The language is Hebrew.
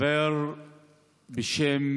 חבר בשם